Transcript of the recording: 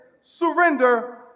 surrender